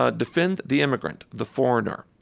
ah defend the immigrant, the foreigner,